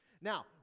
Now